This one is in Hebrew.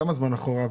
כמה זמן אחורה?